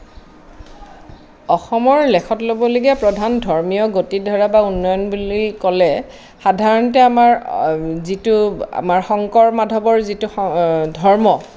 অসমৰ লেখত ল'বলগীয়া প্ৰধান ধৰ্মীয় গতিধাৰা বা উন্নয়ন বুলি ক'লে সাধাৰণতে আমাৰ যিটো আমাৰ শংকৰ মাধৱৰ যিটো ধৰ্ম